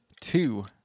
two